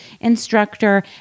instructor